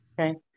Okay